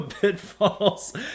pitfalls